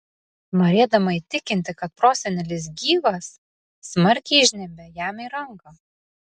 norėdama įtikinti kad prosenelis gyvas smarkiai įžnybia jam į ranką